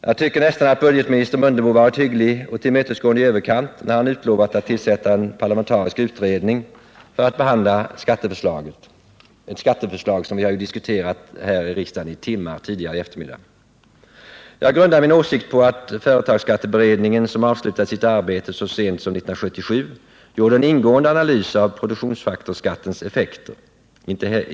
Jag tycker nästan att budgetminister Mundebo har varit hygglig och tillmötesgående i överkant, när han utlovat att tillsätta en parlamentarisk utredning för att behandla skatteförslaget, ett skatteförslag som vi har diskuterat i timmar på eftermiddagen. Jag grundar min åsikt på att företagsskatteberedningen, som avslutade sitt arbete så sent som 1977, gjorde en ingående analys av produktionsfaktorsskattens effekter.